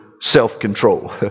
self-control